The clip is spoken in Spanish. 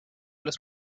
los